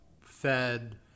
fed